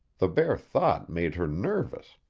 the bare thought made her nervous.